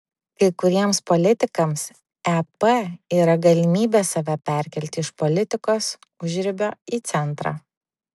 kai kuriems politikams ep yra galimybė save perkelti iš politikos užribio į centrą